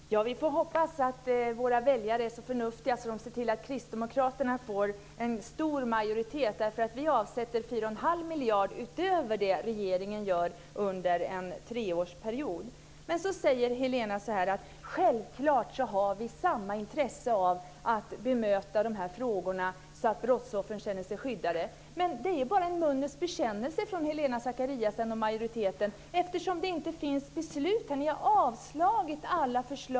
Fru talman! Vi får hoppas att våra väljare är så förnuftiga att de ser till att Kristdemokraterna får en stor majoritet därför att vi avsätter 4 1⁄2 miljarder utöver det regeringen gör under en treårsperiod. Men så säger Helena: Självklart har vi samma intresse av att bemöta de här frågorna så att brottsoffren känner sig skyddade. Men det är bara en läpparnas bekännelse från Helena Zakariasén och majoriteten, eftersom det inte finns något beslut.